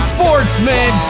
Sportsman